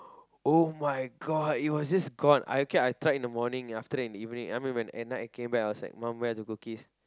[oh]-my-god it was just gone I okay I tried in the morning after that in the evening I mean when at night I came back I was like mom where are the cookies